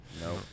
No